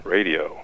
Radio